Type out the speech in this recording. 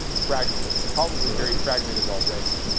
fragment it, it's probably very fragmented already.